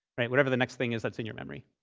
whatever the next thing is that's in your memory.